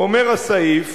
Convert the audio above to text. אומר הסעיף,